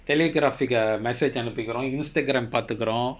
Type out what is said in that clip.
Telegram uh message அனுப்புகிறோம்:anuppgirom Instagram பாத்துக்குறோம்:paathukurom